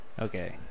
okay